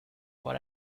what